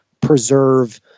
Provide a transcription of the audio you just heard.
preserve